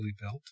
built